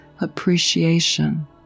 appreciation